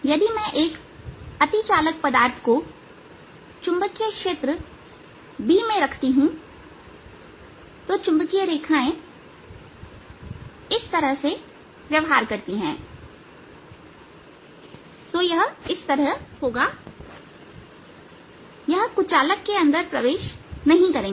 यदि मैं एक अतिचालक पदार्थ को चुंबकीय क्षेत्र B में रखती हूं तो चुंबकीय रेखाएं इस तरह से व्यवहार करती हैं तो यह इस तरह होगा यह कुचालक के अंदर प्रवेश नहीं करेंगी